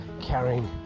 carrying